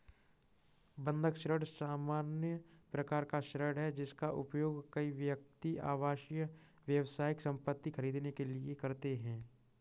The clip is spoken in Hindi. बंधक ऋण सामान्य प्रकार का ऋण है, जिसका उपयोग कई व्यक्ति आवासीय, व्यावसायिक संपत्ति खरीदने के लिए करते हैं